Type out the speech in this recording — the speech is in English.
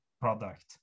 product